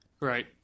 right